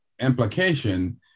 implication